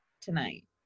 tonight